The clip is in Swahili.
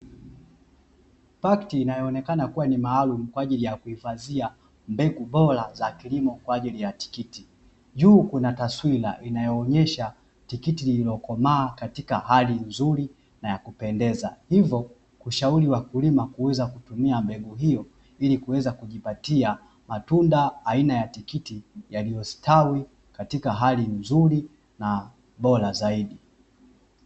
Pakti inayoonekana kuwa ni maalum kwaajili ya kuhifadhia mbegu bora za kilimo kwaajili ya tikiti. Juu kuna taswira inayoonyesha tikiti lililokomaa katika hali nzuri na ya kupendeza. Hivyo kushauri wakulima kuweza kutumia mbegu hiyo ili kuweza kujipatia matunda aina ya tikiti yaliyostawi katika hali nzuri na bora zaidi.